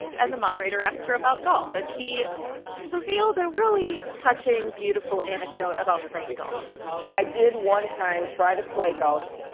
and the moderator asked her about golf. and she revealed a really touching, beautiful anecdote about playing golf i did one time try to play golf.